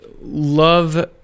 Love